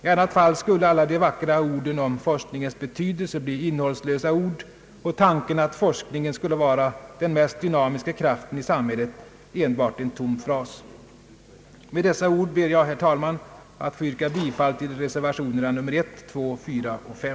I annat fall skulle alla de vackra orden om forskningens betydelse bli innehållslösa ord och tanken att forskningen skulle vara den mest dynamiska kraften i samhället enbart en tom fras. Med dessa ord ber jag, herr talman, att få yrka bifall till reservationerna nr 1, 2, 4 och 5.